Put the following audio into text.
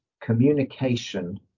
communication